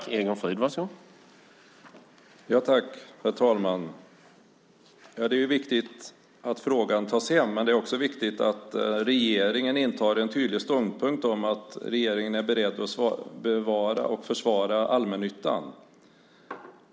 Herr talman! Det är viktigt att frågan tas hem, men det är också viktigt att regeringen intar en tydlig ståndpunkt om att regeringen är beredd att bevara och försvara allmännyttan.